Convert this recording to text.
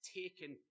taken